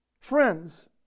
Friends